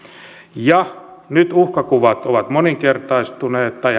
nyt uhkakuvat ovat moninkertaistuneet tai